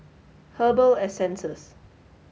Herbal Essences